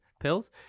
pills